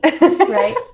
Right